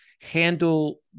handle